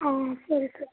ಹಾಂ ಸರಿ ಸರಿ